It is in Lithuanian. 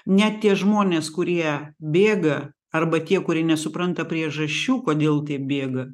net tie žmonės kurie bėga arba tie kurie nesupranta priežasčių kodėl taip bėga